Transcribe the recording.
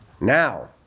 Now